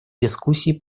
дискуссии